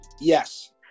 Yes